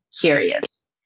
curious